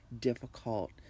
difficult